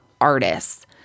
artists